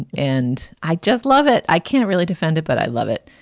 and i just love it. i can't really defend it, but i love it.